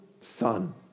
son